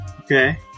okay